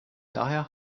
daher